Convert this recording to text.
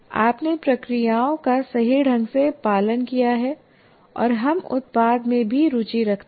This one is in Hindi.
आपने प्रक्रियाओं का सही ढंग से पालन किया है और हम उत्पाद में भी रुचि रखते हैं